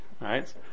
right